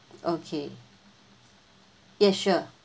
okay yes sure